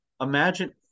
imagine